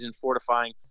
fortifying